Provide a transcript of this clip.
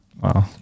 Wow